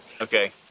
Okay